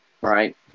right